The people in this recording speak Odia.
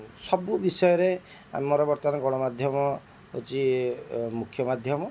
ସବୁ ବିଷୟରେ ଆମର ବର୍ତ୍ତମାନ ଗଣମାଧ୍ୟମ ହେଉଛି ମୁଖ୍ୟ ମାଧ୍ୟମ